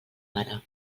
mare